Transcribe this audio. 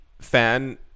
fan